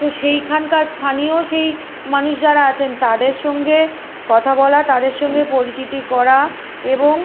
তো সেইখানকার স্থানীয় সেই মানুষ যারা আছেন তাদের সঙ্গে কথা বলা তাদের সঙ্গে পরিচিতি করা এবং